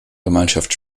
gemeinschaft